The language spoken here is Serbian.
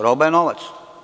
Roba je novac.